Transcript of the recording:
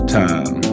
time